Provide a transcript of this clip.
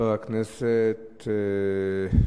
שמספרן 3771,